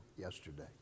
yesterday